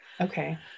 okay